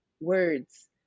words